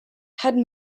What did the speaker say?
had